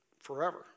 forever